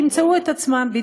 ימצאו את עצמם,